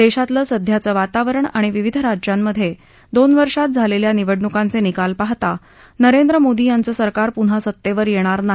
दर्शतिलं सध्याचं वातावरण आणि विविध राज्यांमध्यात्रीन वर्षांत झालख्या निवडणुकांचातिकाल पाहता नरेंद्र मोदी यांचं सरकार प्रन्हा सत्तद्वि यध्विर नाही